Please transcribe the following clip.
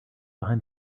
behind